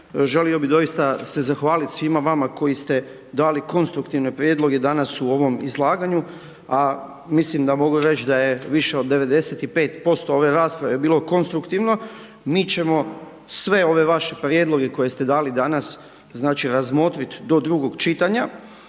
želio bi doista se zahvaliti svima vama koji ste dali konstruktivne prijedloge danas u ovom izlaganju a mislim da mogu reći da je više od 95% ove rasprave bilo konstruktivno. Mi ćemo sve ove vaše prijedloge koje ste dali danas znači razmotriti do drugog čitanja